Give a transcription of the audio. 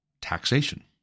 taxation